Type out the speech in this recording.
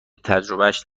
تجربهاش